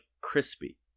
crispy